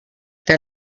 der